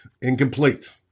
Incomplete